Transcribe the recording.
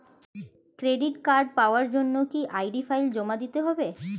Credit card পাওয়ার জন্য কি আই.ডি ফাইল জমা দিতে হবে?